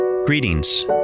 greetings